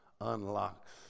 unlocks